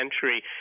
century